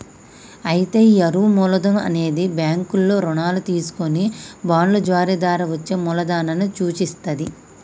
అయితే ఈ అరువు మూలధనం అనేది బ్యాంకుల్లో రుణాలు తీసుకొని బాండ్లు జారీ ద్వారా వచ్చే మూలదనాన్ని సూచిత్తది